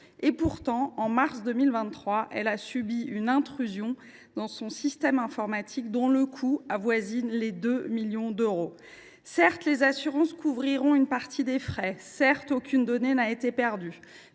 Et pourtant, en mars 2023, elle a subi une intrusion dans son système informatique dont le coût a été évalué à près de 2 millions d’euros. Certes, les assurances couvriront une partie des frais et aucune donnée n’a été perdue,